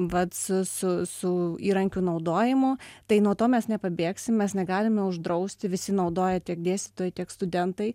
vat su su su įrankių naudojimu tai nuo to mes nepabėgsim mes negalime uždrausti visi naudoja tiek dėstytojai tiek studentai